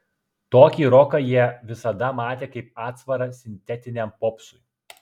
tokį roką jie visada matė kaip atsvarą sintetiniam popsui